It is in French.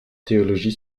théologie